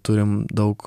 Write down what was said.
turim daug